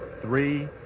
three